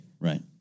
Right